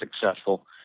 successful